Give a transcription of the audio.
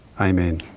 Amen